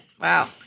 wow